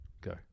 Go